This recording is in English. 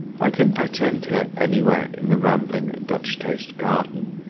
i can attend her any where in the rambling dutch-taste garden,